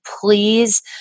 please